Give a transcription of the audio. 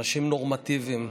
אנשים נורמטיביים,